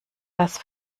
das